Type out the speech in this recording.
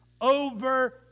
over